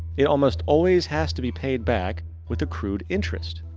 it almost always has to be payed back with a crude interest.